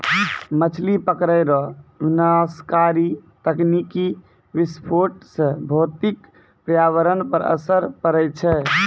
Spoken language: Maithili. मछली पकड़ै रो विनाशकारी तकनीकी विस्फोट से भौतिक परयावरण पर असर पड़ै छै